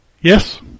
Yes